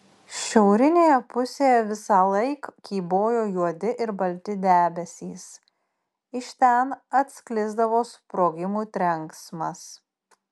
šiaurinėje pusėje visąlaik kybojo juodi ir balti debesys iš ten atsklisdavo sprogimų trenksmas